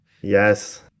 Yes